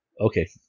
Okay